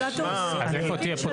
אז איפה תהיה פה תחרות?